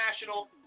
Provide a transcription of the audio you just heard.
national